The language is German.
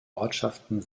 ortschaften